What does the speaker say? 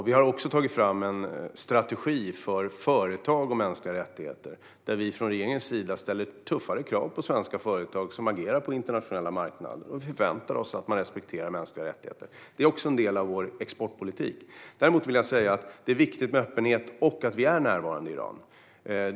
Vi har tagit fram en strategi för företag och mänskliga rättigheter. Regeringen ställer tuffa krav på svenska företag som agerar på den internationella marknaden, och vi förväntar oss att de respekterar mänskliga rättigheter. Det är också en del av vår exportpolitik. Det är dock viktigt med öppenhet och att vi är närvarande i Iran.